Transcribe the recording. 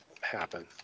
happen